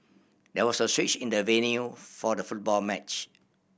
there was a switch in the venue for the football match